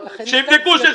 שיבדקו,